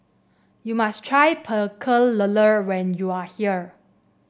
you must try Pecel Lele when you are here